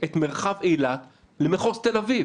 את מרחב אילת למחוז תל אביב.